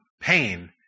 pain